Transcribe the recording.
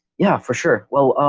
yeah, for sure. well,